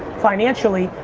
financially,